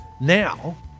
now